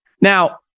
Now